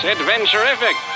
Adventurific